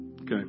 Okay